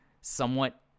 somewhat